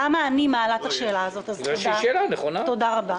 תודה רבה.